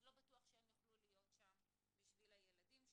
אז לא בטוח שהם יוכלו להיות שם בשביל הילדים שלנו.